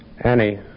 Annie